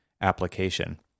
application